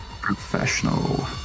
Professional